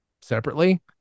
separately